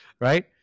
right